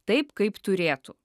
taip kaip turėtų